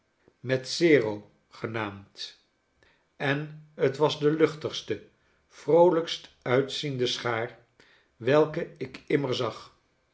r o genaamd en het was de luchtigste vroolijkst uitziende schaar welke ik immer zag